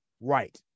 right